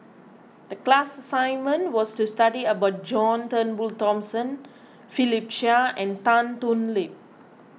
the class assignment was to study about John Turnbull Thomson Philip Chia and Tan Thoon Lip